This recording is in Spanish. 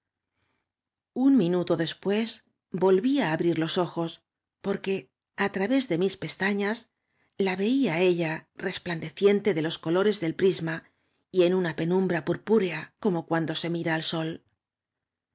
un minuto después volví á abrir los ojos por que á través de mis pestañas la veia á ella res plandeciente de los colores del prisma y en una penumbra purpurea como cuando se mira al sol